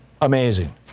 Amazing